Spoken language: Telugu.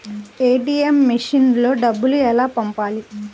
ఏ.టీ.ఎం మెషిన్లో డబ్బులు ఎలా పంపాలి?